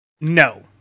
No